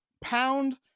pound